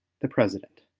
the president.